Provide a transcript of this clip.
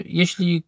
jeśli